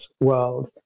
world